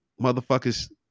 motherfuckers